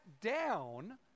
down